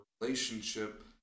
relationship